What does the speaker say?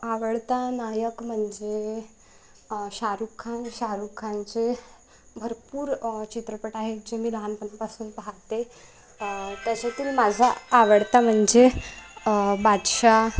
आवडता नायक म्हणजे शाहरुख खान शाहरुख खानचे भरपूर चित्रपट आहेत जे मी लहानपणापासून पाहाते त्याच्यातील माझा आवडता म्हणजे बादशाह